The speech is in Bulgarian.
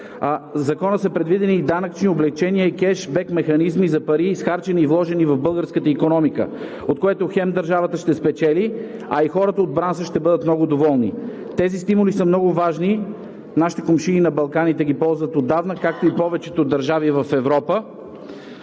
Закона са предвидени и данъчни облекчения – кеш, бек механизми за пари, изхарчени и вложени в българската икономика, от което хем държавата ще спечели, а и хората от бранша ще бъдат много доволни. Тези стимули са много важни и нашите комшии на Балканите ги ползват отдавна, както и повечето държави в Европа.